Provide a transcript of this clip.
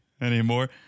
anymore